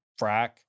frack